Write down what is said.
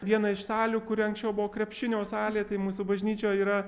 viena iš salių kuri anksčiau buvo krepšinio salė tai mūsų bažnyčioj yra